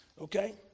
Okay